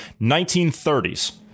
1930s